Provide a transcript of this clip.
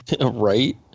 right